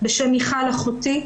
בשם מיכל אחותי,